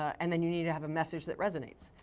and then you need to have a message that resonates.